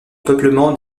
peuplement